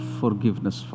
forgiveness